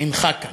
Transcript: אינך כאן.